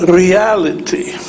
reality